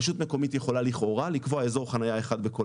רשות מקומית יכולה לכאורה לקבוע אזור חניה אחד בכל